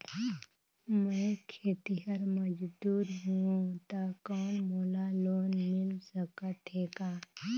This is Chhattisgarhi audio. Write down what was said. मैं खेतिहर मजदूर हों ता कौन मोला लोन मिल सकत हे का?